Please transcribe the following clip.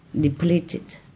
depleted